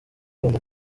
rwanda